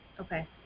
Okay